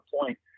point